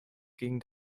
gegen